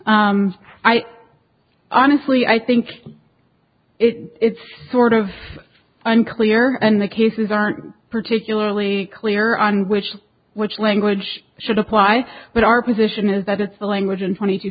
before i honestly i think it's sort of unclear and the cases aren't particularly clear on which which language should apply but our position is that it's a language and twenty two